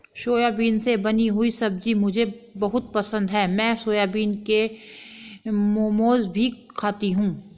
soybean से बनी हुई सब्जी मुझे बहुत पसंद है मैं सोयाबीन के मोमोज भी खाती हूं